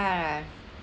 ~a